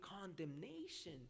condemnation